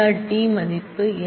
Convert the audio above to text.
D மதிப்பு மற்றும் s